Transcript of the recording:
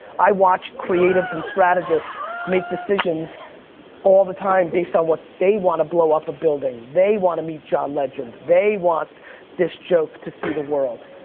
i watch creatives and strategists make decisions all the time, based on what, they wanna blow up a building, they wanna meet john legend, they want this joke to see the world.